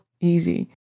easy